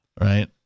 Right